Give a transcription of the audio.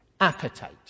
appetite